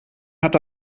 hat